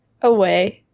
away